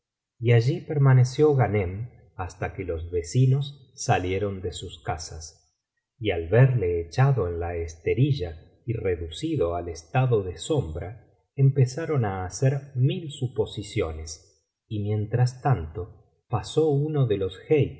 y allí permaneció ghanem hasta que los vecinos salieron de sus casas y al verle echado en la esterilla y reducido al estado de sombra empezaron á hacer rail suposiciones y mientras tanto pasó uno de los